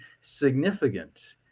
significant